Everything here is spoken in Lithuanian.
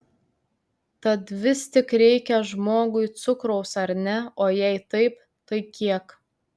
tad vis tik reikia žmogui cukraus ar ne o jei taip tai kiek